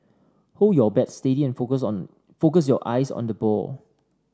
hold your bat steady and focus on focus your eyes on the ball